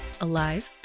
Alive